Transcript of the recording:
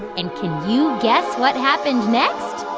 and can you guess what happened next?